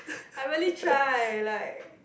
I really try like